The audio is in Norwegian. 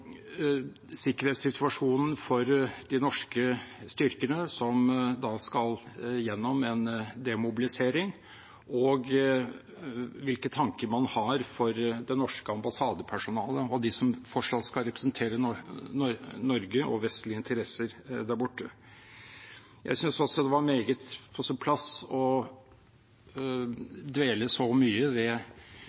sikkerhetssituasjonen for de norske styrkene som skal gjennom en demobilisering, og hvilke tanker man har for det norske ambassadepersonalet og de som fortsatt skal representere Norge og vestlige interesser der borte. Jeg synes også det var meget på sin plass å dvele så mye